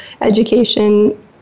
education